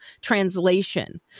translation